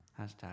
Hashtag